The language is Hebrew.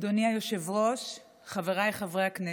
אדוני היושב-ראש, חבריי חברי הכנסת,